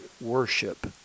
worship